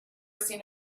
seen